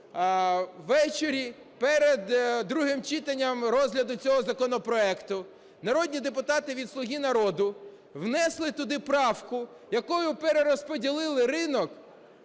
увечері, перед другим читанням розгляду цього законопроекту, народні депутати від "Слуги народу" внесли туди правку, якою перерозподілили ринок